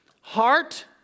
Heart